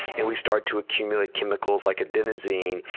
and we start to accumulate chemicals like adenosine,